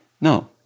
No